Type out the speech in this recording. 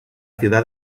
ciudad